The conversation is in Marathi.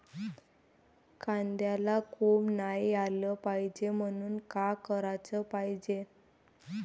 कांद्याला कोंब नाई आलं पायजे म्हनून का कराच पायजे?